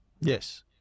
Yes